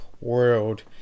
world